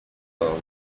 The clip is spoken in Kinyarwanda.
ubuzima